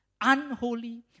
unholy